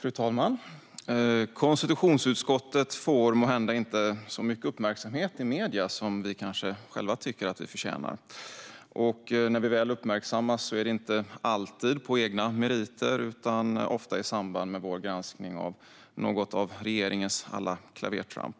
Fru talman! Konstitutionsutskottet får måhända inte så mycket uppmärksamhet i medierna som vi kanske själva tycker att vi förtjänar. När vi väl uppmärksammas är det inte alltid på egna meriter utan ofta i samband med vår granskning av något av regeringens alla klavertramp.